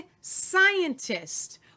scientist